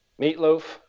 Meatloaf